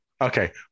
Okay